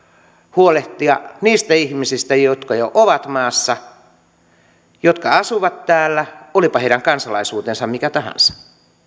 huolehtia niistä ihmisistä jotka jo ovat maassa jotka asuvat täällä olipa heidän kansalaisuutensa mikä tahansa